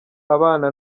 abana